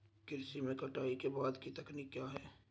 कृषि में कटाई के बाद की तकनीक क्या है?